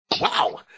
Wow